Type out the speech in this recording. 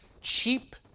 cheap